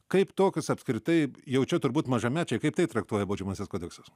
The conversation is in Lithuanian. kaip tokius apskritai jau čia turbūt mažamečiai kaip tai traktuoja baudžiamasis kodeksas